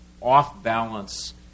off-balance